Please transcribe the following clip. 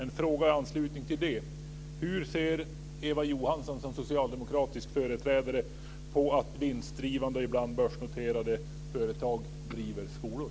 En fråga i anslutning till det är: Hur ser Eva Johansson, som socialdemokratisk företrädare, på att vinstdrivande och ibland börsnoterade företag driver skolor?